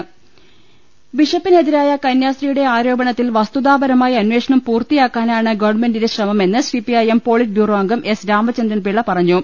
ൾ ൽ ൾ ബിഷപ്പിനെതിരായ കന്യാസ്ത്രീയുടെ ആരോപണത്തിൽ വസ്തുതാ പരമായി അന്വേഷണം പൂർത്തിയാക്കാനാണ് ഗവൺമെന്റിന്റെ ശ്രമമെന്ന് C P I M politburo അംഗം എസ് രാമചന്ദ്രൻപിള്ള പറഞ്ഞു